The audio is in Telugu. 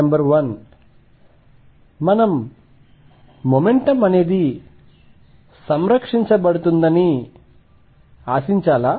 నంబర్ 1 మనం మొమెంటం సంరక్షించబడుతుందని మనం ఆశించాలా